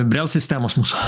brell sistemos mūsų